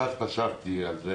קצת חשבתי על זה